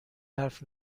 حرف